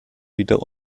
wieder